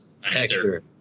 Hector